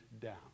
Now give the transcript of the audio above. down